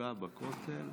חנוכה בכותל.